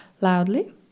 loudly